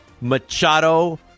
Machado